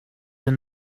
and